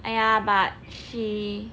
!aiya! but she